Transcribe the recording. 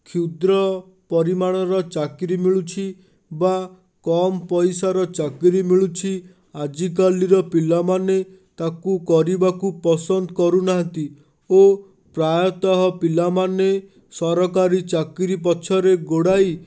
କ୍ଷୁଦ୍ର ପରିମାଣର ଚାକିରି ମିଳୁଛି ବା କମ୍ ପାଇସାର ଚାକିରି ମିଳୁଛି ଆଜିକାଲିର ପିଲାମାନେ ତାକୁ କରିବାକୁ ପସନ୍ଦ କରୁନାହାନ୍ତି ଓ ପ୍ରାୟତଃ ପିଲାମାନେ ସରକାରୀ ଚକିରୀ ପଛରେ ଗୋଡ଼ାଇ